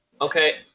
Okay